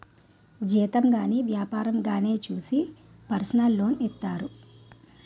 జీతం గాని వ్యాపారంగానే చూసి పర్సనల్ లోన్ ఇత్తారు